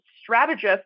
strategist